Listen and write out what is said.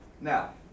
now